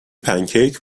پنکیک